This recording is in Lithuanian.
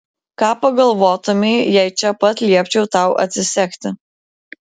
ką pagalvotumei jei čia pat liepčiau tau atsisegti